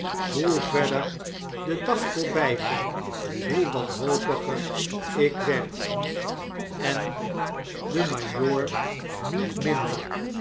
hoe verder de dag voorbijging hoe wanhopiger ik werd en de majoor niet minder